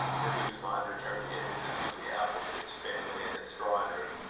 to whose mind returned the images of the appleditch family and its drawing-room,